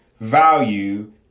value